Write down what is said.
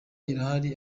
irahari